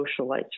socialites